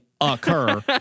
occur